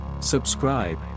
Subscribe